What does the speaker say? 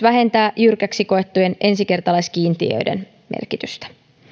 vähentää jyrkiksi koettujen ensikertalaiskiintiöiden merkitystä